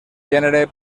gènere